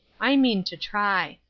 i mean to try.